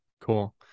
cool